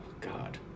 God